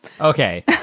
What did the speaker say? Okay